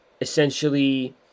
essentially